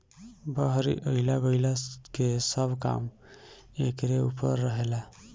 बहरी अइला गईला के सब काम एकरे ऊपर रहेला